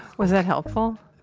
was that helpful?